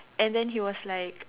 and then he was like